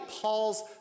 Paul's